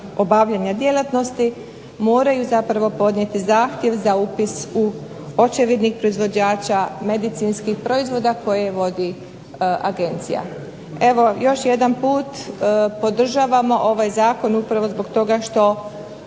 obavljanja djelatnosti moraju zapravo podnijeti zahtjev za upis u očevidnik proizvođača medicinskih proizvoda koje vodi agencija. Evo, još jedan put podržavamo ovaj zakon upravo zbog toga što